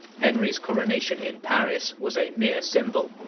henry's coronation in paris was a mere symbol.